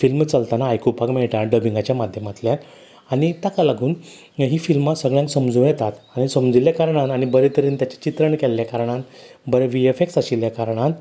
film चलतना आयकुपाक मेयटा डबिंगांच्या माध्यमांतल्यान आनी ताका लागून हीं फिल्मां जें सगल्यांक समजूं येतात आनी समजिल्ल्या कारणान आनी बरे तरेन ताचें चित्रण केल्लें कारणान बरे व्ही एफ एक्स आशिल्ल्या कारणान